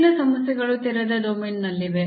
ಹಿಂದಿನ ಸಮಸ್ಯೆಗಳು ತೆರೆದ ಡೊಮೇನ್ನಲ್ಲಿವೆ